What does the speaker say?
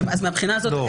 לא.